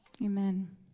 Amen